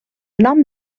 nom